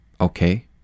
Okay